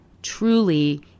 truly